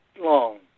long